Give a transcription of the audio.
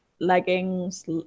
leggings